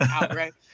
Right